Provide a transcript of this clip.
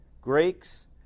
Greeks